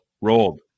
Rolled